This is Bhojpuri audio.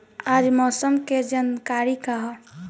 आज मौसम के जानकारी का ह?